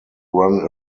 run